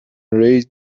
raised